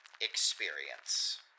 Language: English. experience